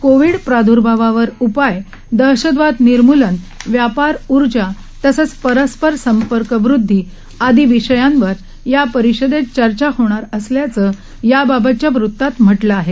Covid प्रादर्भावावर उपाय दहशतवाद निर्मूलन व्यापार ऊर्जा तसंच परस्पर संपर्कवदधी आदी विषयांवर या परिषदेत चर्चा होणार असल्याचं याबाबतच्या वृतात म्हटलं आहे